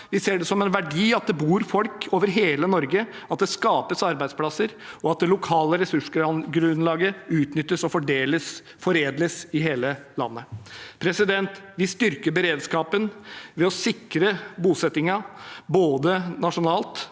Vi ser det som en verdi at det bor folk over hele Norge, at det skapes arbeidsplasser, og at det lokale ressursgrunnlaget utnyttes og foredles i hele landet. Vi styrker beredskapen ved å sikre bosettingen, både nasjonalt